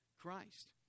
Christ